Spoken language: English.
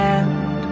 end